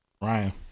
Ryan